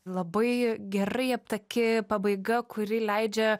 labai gerai aptaki pabaiga kuri leidžia